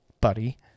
buddy